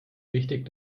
wichtig